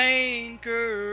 anchor